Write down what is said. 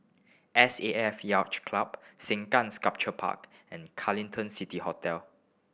S A F Yacht Club Sengkang Sculpture Park and Carlton City Hotel